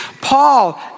Paul